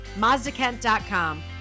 mazdakent.com